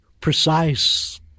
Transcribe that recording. Precise